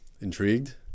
Intrigued